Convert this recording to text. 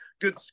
good